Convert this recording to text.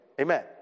Amen